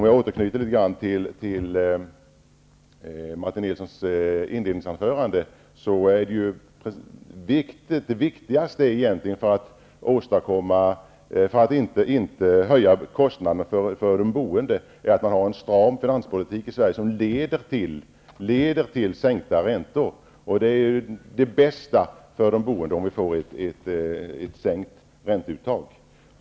Jag vill något anknyta till Martin Nilssons inledningsanförande och framhålla att det viktigaste för att kostnaderna inte skall höjas för de boende är att vi har en stram finanspolitik i Sverige som leder till sänkta räntor. Det bästa för de boende är att vi får ett sänkt ränteuttag.